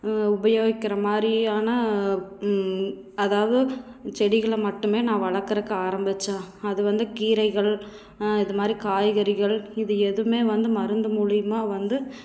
உபயோகிக்கிற மாதிரியான அதாவது செடிகளை மட்டுமே நான் வளர்க்குறக்கு ஆரம்பிச்சேன் அது வந்து கீரைகள் இது மாதிரி காய்கறிகள் இது எதுவுமே வந்து மருந்து மூலியமாக வந்து